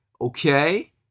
Okay